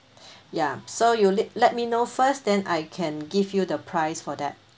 ya so you let me know first then I can give you the price for that